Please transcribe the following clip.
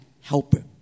Helper